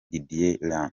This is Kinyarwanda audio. didier